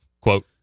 Quote